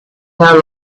their